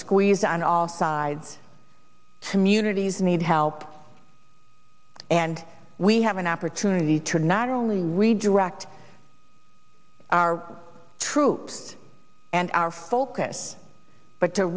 squeezed on all sides to munity is need help and we have an opportunity to not only redirect our troops and our focus but to